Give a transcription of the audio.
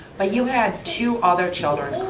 but you had two other children,